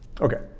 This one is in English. Okay